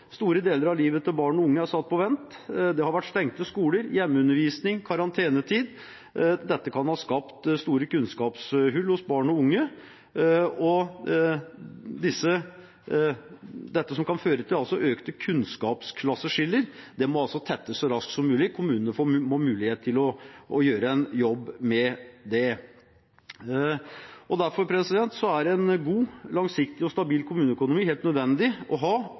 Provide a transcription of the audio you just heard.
Store deler av livet til barn og unge er satt på vent. Det har vært stengte skoler, hjemmeundervisning, karantenetid. Dette kan ha skapt store kunnskapshull hos barn og unge, og det som kan føre til økte kunnskapsklasseskiller, må tettes så raskt som mulig. Kommunene må få mulighet til å gjøre en jobb med det. Derfor er en god, langsiktig og stabil kommuneøkonomi helt nødvendig å ha